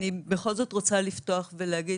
אבל אני בכל זאת רוצה לפתוח ולהגיד,